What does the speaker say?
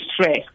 stress